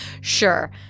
Sure